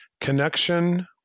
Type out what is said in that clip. Connection